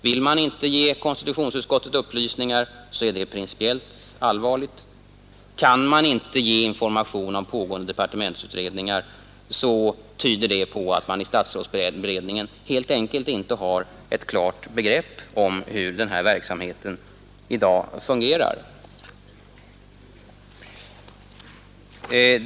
Vill man inte ge konstitutionsutskottet upplysningar är det principiellt allvarligt, kan man inte ge information om pågående departementsutredningar, tyder det på att man i statsrådsberedningen helt enkelt inte har ett klart begrepp om hur denna verksamhet i dag fungerar.